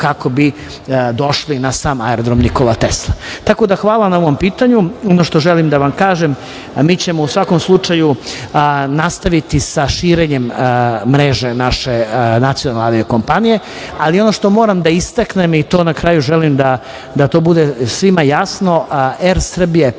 kako bi došli na sam aerodrom „Nikola Tesla“. Tako da, hvala na ovom pitanju. Ono što želim da vam kažem je da ćemo mi u svakom slučaju nastaviti sa širenjem mreže naše nacionalne avio kompanije, ali ono što moram da istaknem, i to na kraju želim da to bude svima jasno, „Er Srbija“